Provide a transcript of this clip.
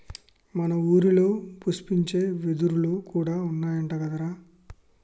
మన ఊరిలో పుష్పించే వెదురులు కూడా ఉన్నాయంట కదరా